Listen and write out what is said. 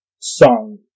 song